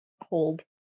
hold